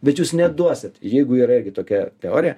bet jūs neduosit jeigu yra irgi tokia teorija